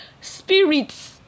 spirits